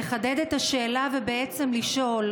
לחדד את השאלה ובעצם לשאול: